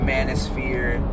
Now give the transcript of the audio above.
Manosphere